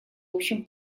общем